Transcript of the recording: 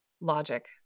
logic